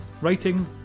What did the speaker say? writing